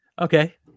okay